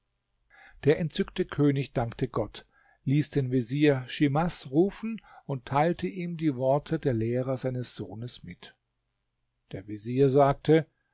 der entzückte könig dankte gott ließ den vezier schimas rufen und teilte ihm die worte der lehrer seines sohnes mit der vezier sagte